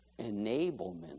enablement